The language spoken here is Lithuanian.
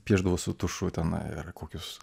piešdavo su tušu tenai ar kokius